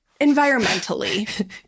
environmentally